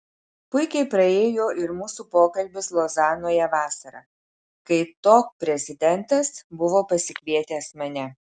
puikiai praėjo ir mūsų pokalbis lozanoje vasarą kai tok prezidentas buvo pasikvietęs mane